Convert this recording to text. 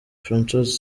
francois